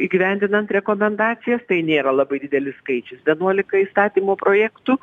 įgyvendinant rekomendacijas tai nėra labai didelis skaičius vienuolika įstatymo projektų